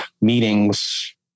meetings